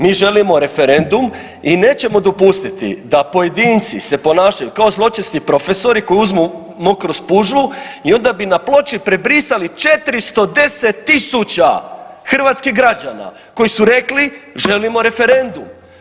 Mi želimo referendum i nećemo dopustiti da pojedinci se ponašaju kao zločesti profesori koji uzmu mokru spužvu i onda bi na ploči prebrisali 410.000 hrvatskih građana koji su rekli želimo referendum.